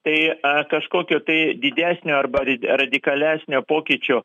tai a kažkokio tai didesnio arba radikalesnio pokyčio